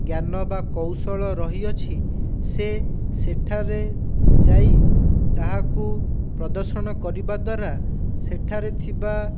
ଜ୍ଞାନ ବା କୌଶଳ ରହିଅଛି ସେ ସେଠାରେ ଯାଇ ତାହାକୁ ପ୍ରଦର୍ଶନ କରିବାଦ୍ୱାରା ସେଠାରେ ଥିବା